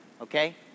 okay